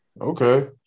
Okay